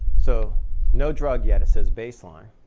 so no drug yet. it says baseline.